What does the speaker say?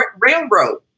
Railroad